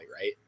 right